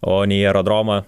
o ne į aerodromą